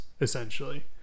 essentially